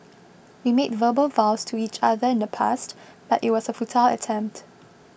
we made verbal vows to each other in the past but it was a futile attempt